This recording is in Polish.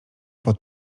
pod